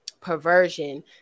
perversion